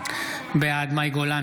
בעד מאי גולן,